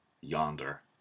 yonder